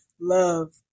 love